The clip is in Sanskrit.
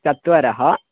चत्वारः